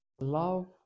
Love